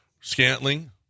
Scantling